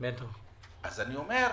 אז אני אומר,